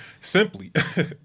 simply